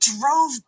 drove